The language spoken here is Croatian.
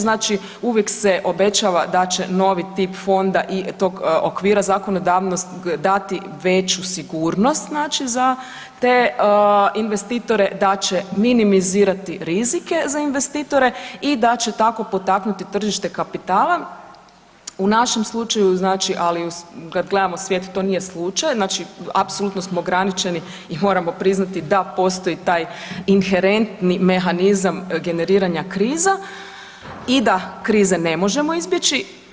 Znači uvijek se obećava da će novi tip fonda i tog okvira zakonodavnog dati veću sigurnost za te investitore, da će minimizirati rizike za investitore i da će tako potaknuti tržište kapitala u našem slučaju, ali kad gledamo svijet to nije slučaj, znači apsolutno smo ograničeni i moramo priznati da postoji taj inherentni mehanizam generiranja kriza i da krize ne možemo izbjeći.